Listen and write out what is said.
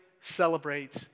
celebrate